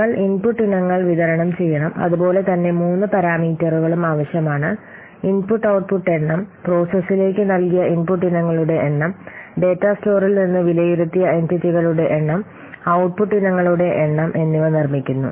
നിങ്ങൾ ഇൻപുട്ട് ഇനങ്ങൾ വിതരണം ചെയ്യണം അതുപോലെ തന്നെ മൂന്ന് പാരാമീറ്ററുകളും ആവശ്യമാണ് ഇൻപുട്ട് ഔട്ട്പുട്ട് എണ്ണം പ്രോസസ്സിലേക്ക് നൽകിയ ഇൻപുട്ട് ഇനങ്ങളുടെ എണ്ണം ഡാറ്റ സ്റ്റോറിൽ നിന്ന് വിലയിരുത്തിയ എന്റിറ്റികളുടെ എണ്ണം ഔട്ട്പുട്ട് ഇനങ്ങളുടെ എണ്ണം എന്നിവ നിർമ്മിക്കുന്നു